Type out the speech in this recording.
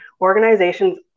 organizations